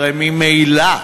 הרי ממילא,